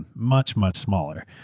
much, much smaller.